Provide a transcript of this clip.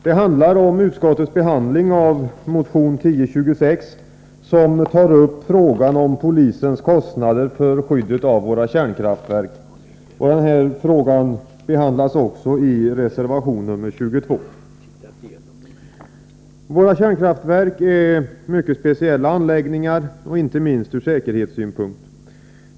Det handlar om utskottets behandling av motion 1983/84:1026, som tar upp frågan om polisens kostnader för skyddet av våra kärnkraftverk. Denna fråga behandlas också i reservation nr 22. Våra kärnkraftverk är mycket speciella anläggningar, inte minst ur säkerhetssynpunkt.